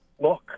Look